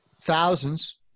thousands